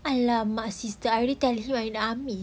!alamak! sister I already tell you I in the army